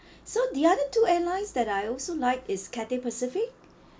so the other two airlines that I also like is Cathay Pacific